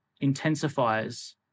intensifies